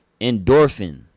endorphin